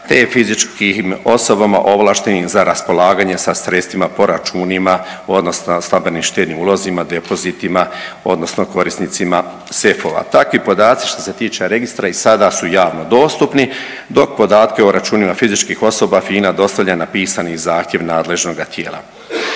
te fizičkih osobama ovlaštenim za raspolaganje sa sredstvima po računima odnosno stambenim štednim ulozima, depozitima odnosno korisnicima sefova. Takvi podaci što se tiče Registra i sada su javno dostupni, dok podatke o računima fizičkih osoba FINA dostavlja na pisani zahtjev nadležnoga tijela.